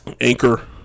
anchor